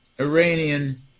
Iranian